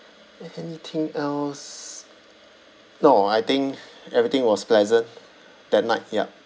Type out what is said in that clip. anything else no I think everything was pleasant that night yup